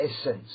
essence